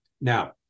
Now